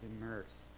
immersed